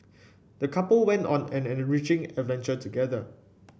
the couple went on an enriching adventure together